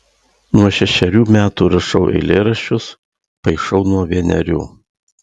nuo šešerių metų rašau eilėraščius paišau nuo vienerių